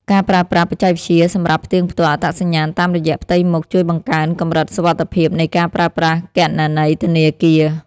ការប្រើប្រាស់បច្ចេកវិទ្យាសម្រាប់ផ្ទៀងផ្ទាត់អត្តសញ្ញាណតាមរយៈផ្ទៃមុខជួយបង្កើនកម្រិតសុវត្ថិភាពនៃការប្រើប្រាស់គណនីធនាគារ។